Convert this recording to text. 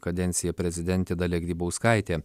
kadenciją prezidentė dalia grybauskaitė